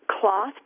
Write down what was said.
cloth